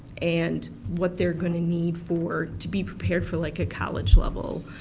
and what they're going to need for to be prepared for like a college level,